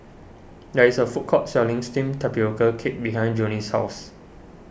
there is a food court selling Steamed Tapioca Cake behind Jonnie's house